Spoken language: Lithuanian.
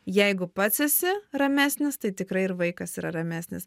jeigu pats esi ramesnis tai tikrai ir vaikas yra ramesnis